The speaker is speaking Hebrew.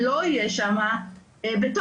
שלא יהיה שם בטונים.